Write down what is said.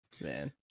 Man